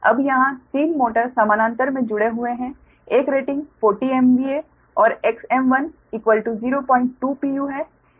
अब यहां तीन मोटर समानांतर मे जुड़े हुए हैं एक रेटिंग 40 MVA और Xm1 020 pu है